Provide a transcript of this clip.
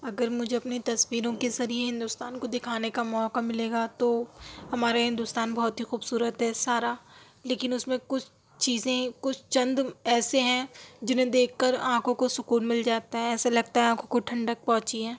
اگر مجھے اپنی تصویروں کے ذریعے ہندوستان کو دکھانے کا موقعہ ملے گا تو ہمارے ہندوستان بہت ہی خوبصورت ہے سارا لیکن اس میں کچھ چیزیں کچھ چند ایسے ہیں جنہیں دیکھ کر آنکھوں کو سکون مل جاتا ہے ایسا لگتا ہے آنکھوں کو ٹھنڈک پہنچی ہے